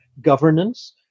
governance